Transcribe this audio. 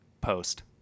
post